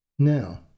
Now